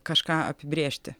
kažką apibrėžti